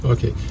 Okay